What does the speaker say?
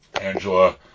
Angela